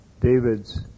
David's